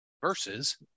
versus